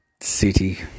city